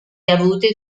avuti